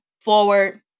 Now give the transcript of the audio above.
forward